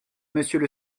monsieur